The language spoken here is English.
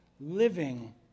living